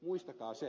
muistakaa se